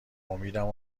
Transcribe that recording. امیدم